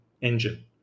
engine